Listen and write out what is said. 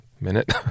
minute